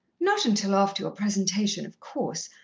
not until after your presentation, of course,